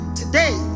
today